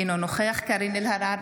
אינו נוכח קארין אלהרר,